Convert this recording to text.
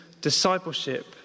discipleship